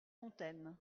fontaine